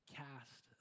cast